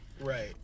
Right